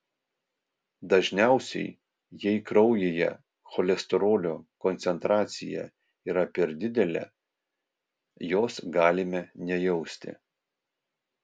dažniausiai jei kraujyje cholesterolio koncentracija yra per didelė jos galime nejausti